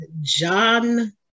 John